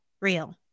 real